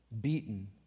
beaten